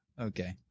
Okay